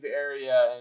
area